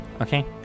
okay